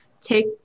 take